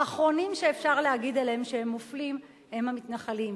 האחרונים שאפשר להגיד עליהם שהם מופלים הם המתנחלים,